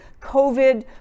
COVID